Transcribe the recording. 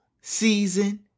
season